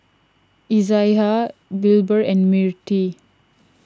Izaiah Wilber and Mirtie